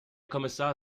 kommissar